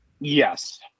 Yes